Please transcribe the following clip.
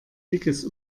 dickes